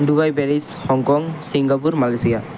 Dubai Paris Hong Kong Singapore Malaysia